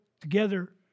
together